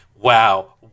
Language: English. wow